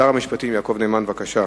שר המשפטים יעקב נאמן, בבקשה.